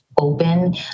Open